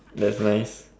that's nice